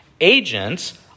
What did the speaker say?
agents